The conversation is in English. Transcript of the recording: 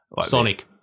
Sonic